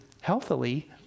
healthily